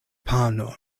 pano